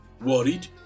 worried